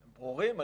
ברורים.